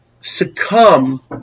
succumb